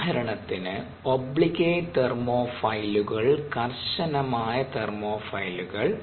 ഉദാഹരണത്തിന് ഒബ്ലിഗേറ്റ് തെർമോഫൈലുകൾ കർശനമായ തെർമോഫൈലുകൾ